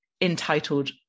entitled